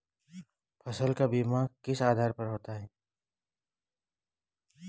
फसल का बीमा किस आधार पर होता है?